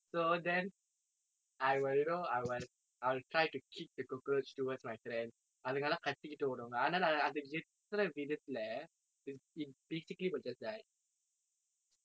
so then I will you know I will I will try to kick the cockroach towards my friends அதுங்க எல்லாம் கத்திக்கிட்டு ஒடுங்க ஆனா நான் அதை எத்தனை விதத்திலே:athunga ellaam katthikkitu odunga aanaa naan athai etthanai vithathilae it's it basically will just die